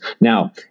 Now